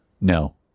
no